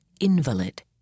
invalid